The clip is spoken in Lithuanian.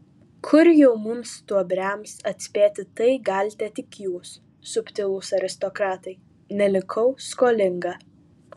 kur jau mums stuobriams atspėti tai galite tik jūs subtilūs aristokratai nelikau skolinga